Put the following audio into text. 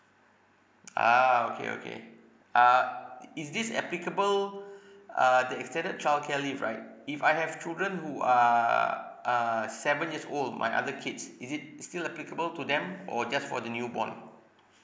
ah okay okay uh i~ is this applicable uh the extended childcare leave right if I have children who are are seven years old my other kids is it still applicable to them or just for the newborn